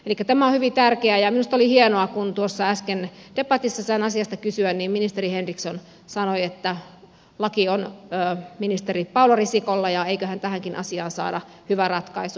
elikkä tämä on hyvin tärkeää ja minusta oli hienoa että kun äsken tuossa debatissa sain asiasta kysyä niin ministeri henriksson sanoi että laki on ministeri paula risikolla ja eiköhän tähänkin asiaan saada hyvä ratkaisu